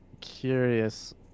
curious